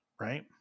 right